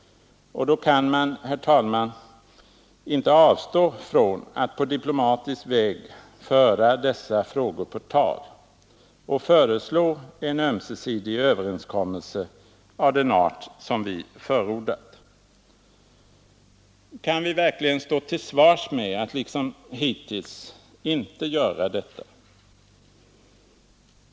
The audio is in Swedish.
Och då kan man, herr talman, inte avstå från att på diplomatisk väg föra dessa frågor på tal och föreslå en ömsesidig överenskommelse av den art vi förordat. Kan vi verkligen stå till svars med att liksom hittills inte göra detta?